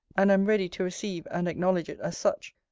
and am ready to receive and acknowledge it as such,